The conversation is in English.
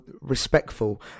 respectful